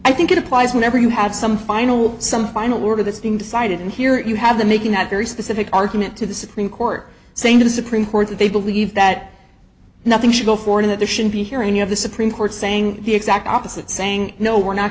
i think it applies whenever you have some final some final word of this being decided and here you have the making of very specific argument to the supreme court saying to the supreme court that they believe that nothing should go for and that there should be here any of the supreme court saying the exact opposite saying no we're not